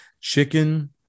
Chicken